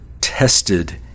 tested